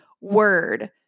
Word